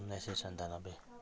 उन्नाइस सय सन्तानब्बे